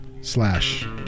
Slash